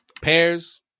pairs